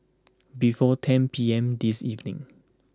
before ten P M this evening